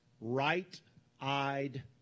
right-eyed